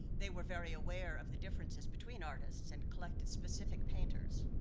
they were very aware of the differences between artists, and collected specific painters.